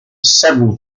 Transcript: several